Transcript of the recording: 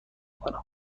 کنم